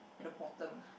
at the bottom